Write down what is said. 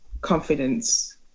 confidence